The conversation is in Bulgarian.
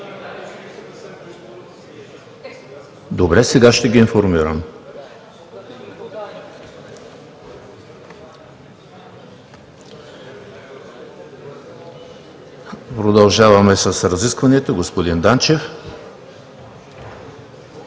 Добре, сега ще ги информирам. Продължаваме с разискванията. Господин Данчев.